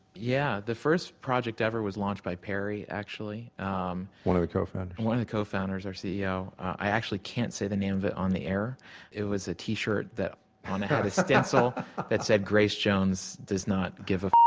yeah. the first project ever was launched by perry, actually um one of the co-founders? one of the co-founders, our ceo. i actually can't say the name of it on the air it was a t-shirt that on it had a stencil that said grace jones does not give a.